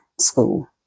school